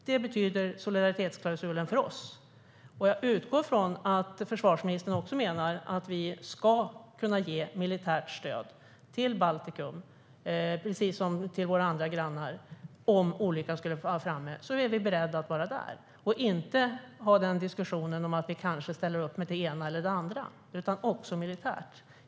Det betyder solidaritetsklausulen för oss, och jag utgår från att försvarsministern också menar att vi ska kunna ge militärt stöd till Baltikum precis som till våra andra grannar. Om olyckan skulle vara framme är vi beredda att vara där - inte bara ha en diskussion om att vi kanske ställer upp med det ena eller andra utan också ställa upp militärt.